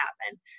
happen